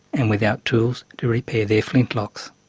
and without tools to repair their flintlocks.